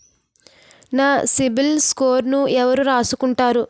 నా సిబిల్ స్కోరును ఎవరు రాసుకుంటారు